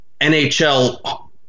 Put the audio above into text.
NHL